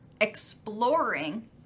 exploring